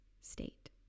state